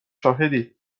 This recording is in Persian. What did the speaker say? شاهدید